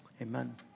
Amen